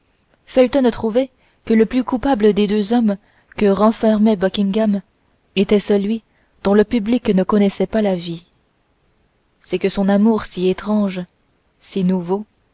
felton trouvait que le plus coupable des deux hommes que renfermait buckingham était celui dont le public ne connaissait pas la vie c'est que son amour si étrange si nouveau